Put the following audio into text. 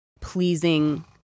pleasing